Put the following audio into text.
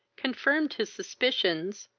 confirmed his suspicions,